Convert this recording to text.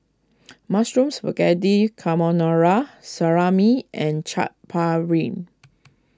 Mushroom Spaghetti Carbonara Salami and Chaat Papri